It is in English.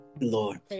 lord